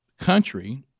country